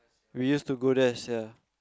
we used to go there sia